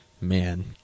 man